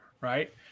Right